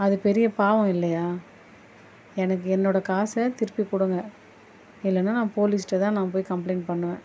அது பெரிய பாவம் இல்லையா எனக்கு என்னோட காசை திருப்பி கொடுங்க இல்லைனா நான் போலீஸ்கிட்ட தான் நான் போய் கம்ப்ளைண்ட் பண்ணுவேன்